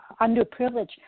underprivileged